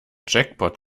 jackpot